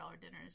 dinners